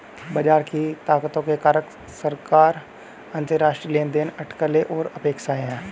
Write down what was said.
बाजार की ताकतों के कारक सरकार, अंतरराष्ट्रीय लेनदेन, अटकलें और अपेक्षाएं हैं